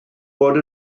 bod